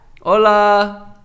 Hola